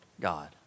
God